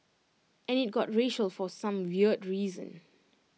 and IT got racial for some weird reason